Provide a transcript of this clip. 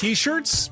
T-shirts